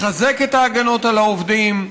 לחזק את ההגנות על העובדים,